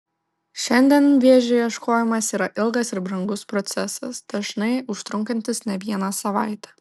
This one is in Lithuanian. šiandien vėžio ieškojimas yra ilgas ir brangus procesas dažnai užtrunkantis ne vieną savaitę